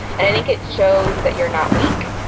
and i think it shows that you're not weak,